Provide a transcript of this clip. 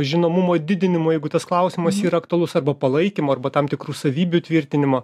žinomumo didinimo jeigu tas klausimas yra aktualus arba palaikymo arba tam tikrų savybių tvirtinimo